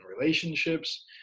relationships